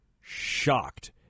Shocked